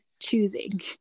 choosing